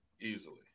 Easily